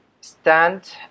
stand